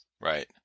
Right